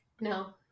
No